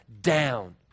down